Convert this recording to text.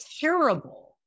terrible